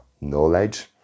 knowledge